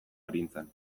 arintzen